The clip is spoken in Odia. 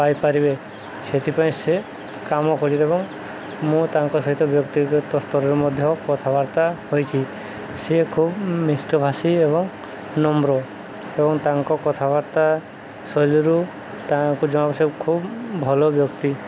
ପାଇପାରିବେ ସେଥିପାଇଁ ସେ କାମ କରିବ ଏବଂ ମୁଁ ତାଙ୍କ ସହିତ ବ୍ୟକ୍ତିଗତ ସ୍ତରରେ ମଧ୍ୟ କଥାବାର୍ତ୍ତା ହୋଇଛି ସିଏ ଖୁବ୍ ମିଷ୍ଟଭାଷୀ ଏବଂ ନମ୍ର ଏବଂ ତାଙ୍କ କଥାବାର୍ତ୍ତା ଶୈଳୀରୁ ତାଙ୍କୁ ଜମା ସ ଖୁବ୍ ଭଲ ବ୍ୟକ୍ତି